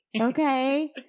Okay